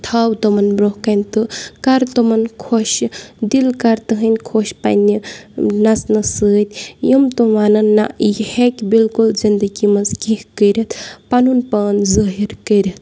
تھاو تِمَن برٛونٛہہ کَنہِ تہٕ کَر تِمَن خۄش یہِ دِل کَر تہنٛدۍ خۄش پننہِ نَژنہٕ سۭتۍ یِم تِم وَنان نَہ یہِ ہیٚکہِ بلکل زندگی منٛز کیٚنٛہہ کٔرِتھ پَنُن پان ظٲہر کٔرِتھ